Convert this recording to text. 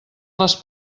les